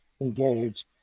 engage